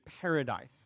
paradise